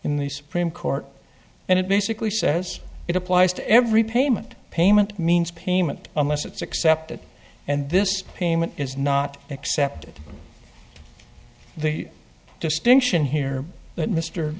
in the supreme court and it basically says it applies to every payment payment means payment unless it's accepted and this payment is not accepted the distinction here